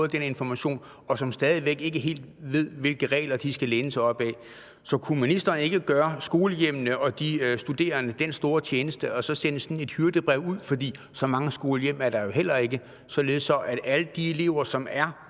og som stadig væk ikke helt ved, hvilke regler de skal læne sig op ad. Så kunne ministeren ikke gøre skolehjemmene og de studerende den store tjeneste at sende sådan et hyrdebrev ud, for så mange skolehjem er der jo heller ikke, således at alle de elever, som er